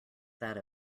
that